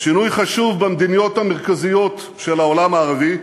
שינוי חשוב במדינות המרכזיות של העולם הערבי,